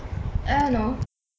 I don't know